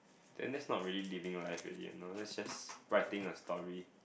then that's not really living life already you know that's just writing a story